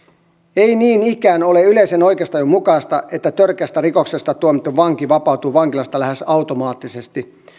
ei niin ikään ole yleisen oikeustajun mukaista että törkeästä rikoksesta tuomittu vanki vapautuu vankilasta lähes automaattisesti